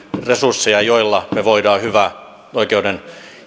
resursseja joilla me voimme hyvän oikeuden